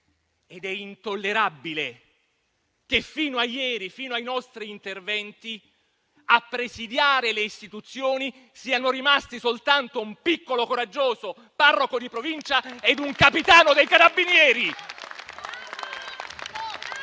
ed è intollerabile che fino a ieri, fino ai nostri interventi, a presidiare le istituzioni siano rimasti soltanto un piccolo, coraggioso parroco di provincia ed un capitano dei Carabinieri.